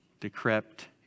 decrepit